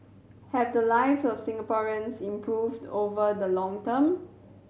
have the lives of Singaporeans improved over the long term